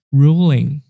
ruling